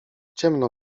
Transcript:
ciemno